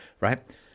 right